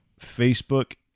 Facebook